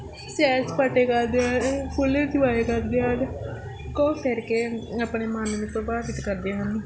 ਸੈਰ ਸਪਾਟੇ ਕਰਦੇ ਹਨ ਫੁੱਲ ਇੰਜੋਏ ਕਰਦੇ ਹਨ ਘੁੰਮ ਫਿਰ ਕੇ ਆਪਣੇ ਮਨ ਨੂੰ ਪ੍ਰਭਾਵਿਤ ਕਰਦੇ ਹਨ